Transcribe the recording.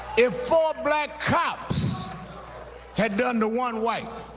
if four black cops had done to one white,